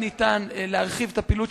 אני רוצה להתייחס להיבט אחר,